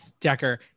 Decker